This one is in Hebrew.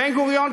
בן-גוריון,